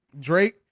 Drake